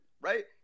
right